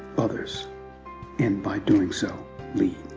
others and by doing so lead.